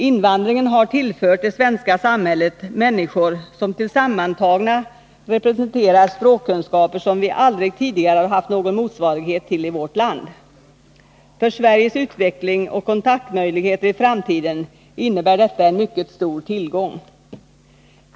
Invandringen har tillfört det svenska samhället människor som tillsammantagna representerar språkkunskaper vi aldrig tidigare haft någon motsvarighet till i vårt land. För Sveriges utveckling och kontaktmöjligheter i framtiden innebär detta en mycket stor tillgång.